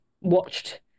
watched